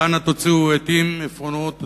ואנא תוציאו עטים ועפרונות ודפים,